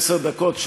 עשר דקות,